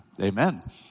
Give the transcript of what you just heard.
Amen